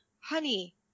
honey